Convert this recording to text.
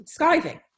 skiving